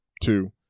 two